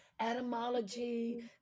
Etymology